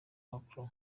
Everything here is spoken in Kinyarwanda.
macron